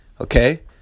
Okay